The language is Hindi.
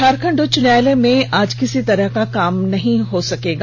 झारखंड उच्च न्यायालय में आज किसी तरह का काम नहीं होगा